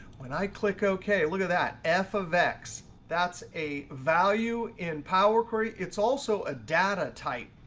when i click ok, look at that f of x. that's a value in power query. it's also a data type.